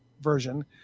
version